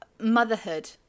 motherhood